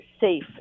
safe